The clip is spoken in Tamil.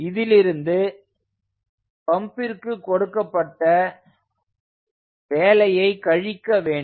இதிலிருந்து பம்பிற்கு கொடுக்கப்பட்ட வேலையை கழிக்க வேண்டும்